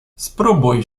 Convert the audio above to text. spróbuj